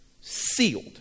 Sealed